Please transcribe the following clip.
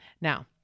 Now